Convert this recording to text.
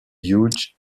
huge